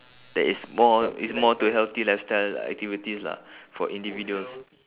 that is more is more to healthy lifestyle activities lah for individuals